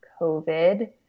COVID